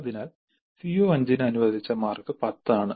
അതിനാൽ CO5 ന് അനുവദിച്ച മാർക്ക് 10 ആണ്